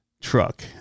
truck